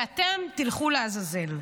ואתם תלכו לעזאזל.